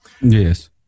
Yes